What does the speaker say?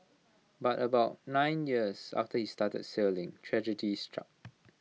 but about nine years after he started sailing tragedy struck